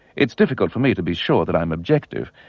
it's difficult for me to be sure that i'm objective,